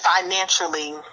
financially